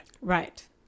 Right